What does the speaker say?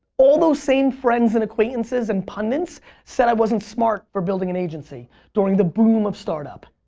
all those same friends and acquaintances and pundits said i wasn't smart for building an agency during the boom of startup.